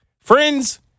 Friends